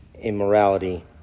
Immorality